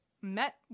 met